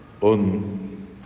on